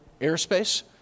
airspace